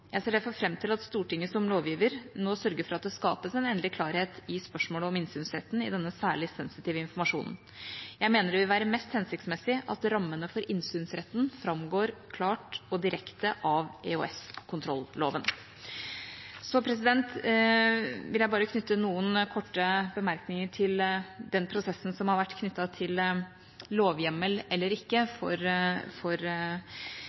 Jeg ser derfor fram til at Stortinget som lovgiver nå sørger for at det skapes en endelig klarhet i spørsmålet om innsynsretten i denne særlig sensitive informasjonen. Jeg mener det vil være mest hensiktsmessig at rammene for innsynsretten framgår klart og direkte av EOS-kontrolloven. Så vil jeg bare knytte noen korte bemerkninger til den prosessen som har vært knyttet til lovhjemmel eller ikke for